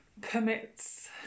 permits